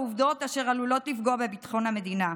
עובדות אשר עלולות לפגוע בביטחון המדינה,